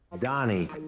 Donnie